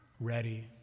ready